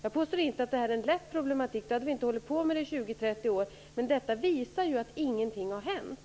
Jag påstår inte att det här är en lätt problematik - i så fall hade vi inte hållit på med det i 20-30 år - men detta visar ju att ingenting har hänt.